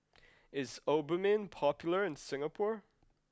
is Obimin popular in Singapore